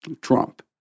Trump